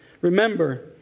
Remember